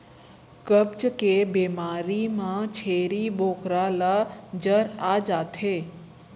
कब्ज के बेमारी म छेरी बोकरा ल जर आ जाथे